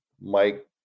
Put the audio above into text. mike